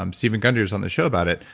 um steven gundry was on the show about it.